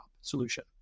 solution